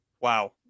Wow